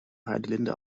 heidelinde